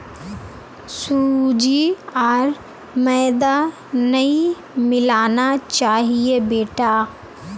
सूजी आर मैदा नई मिलाना चाहिए बेटा